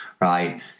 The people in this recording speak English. right